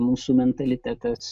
mūsų mentalitetas